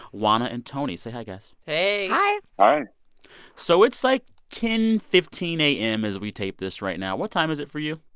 juana and tony. say hi, guys hey hi hi so it's, like, ten fifteen a m. as we tape this right now. what time is it for you?